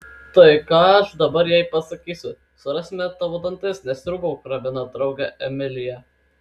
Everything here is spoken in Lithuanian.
tai ką aš dabar jai pasakysiu surasime tavo dantis nesriūbauk ramina draugę emilija